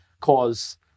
cause